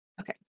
Okay